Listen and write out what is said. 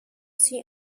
see